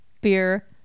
beer